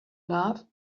love